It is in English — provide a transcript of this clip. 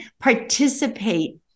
participate